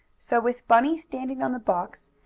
so with bunny standing on the box,